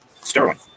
Sterling